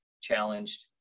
challenged